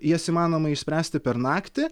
jas įmanoma išspręsti per naktį